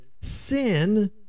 sin